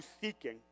seeking